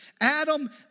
Adam